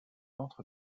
entre